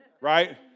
right